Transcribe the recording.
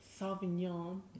Sauvignon